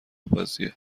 بازیه